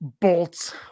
Bolts